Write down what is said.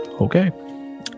okay